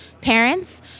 parents